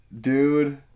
dude